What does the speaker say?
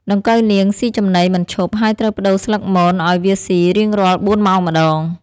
ដង្កូវនាងស៊ីចំណីមិនឈប់ ហើយត្រូវប្តូរស្លឹកមនឲ្យវាស៊ីរៀងរាល់ ៤ ម៉ោងម្តង។